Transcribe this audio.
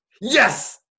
Yes